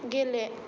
गेले